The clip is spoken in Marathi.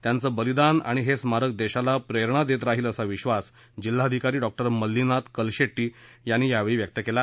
त्यांचं बलिदान आणि हे स्मारक देशाला प्रेरणा देत राहील असा विश्वास जिल्हाधिकारी डॉ मल्लीनाथ कलशेट्टी यांनी यावेळी व्यक्त केला